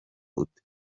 utere